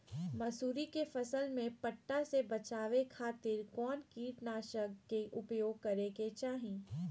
मसूरी के फसल में पट्टा से बचावे खातिर कौन कीटनाशक के उपयोग करे के चाही?